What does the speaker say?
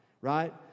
Right